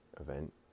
event